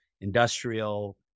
Industrial